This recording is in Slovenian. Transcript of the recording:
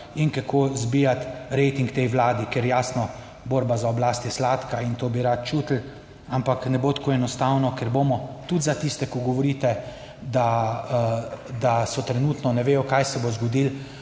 in kako zbijati rating tej vladi, ker jasno, borba za oblast je sladka in to bi radi čutili, ampak ne bo tako enostavno, ker bomo tudi za tiste, ki govorite, da da so trenutno ne vedo, kaj se bo zgodilo